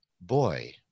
Boy